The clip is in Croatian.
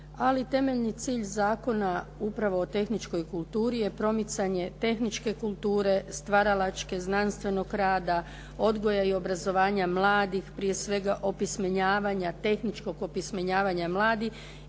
ali temeljni cilj zakona upravo o tehničkoj kulturi je promicanje tehničke kulture, stvaralačke, znanstvenog rada, odgoja i obrazovanja mladih, prije svega opismenjavanja tehničkog opismenjavanja mladih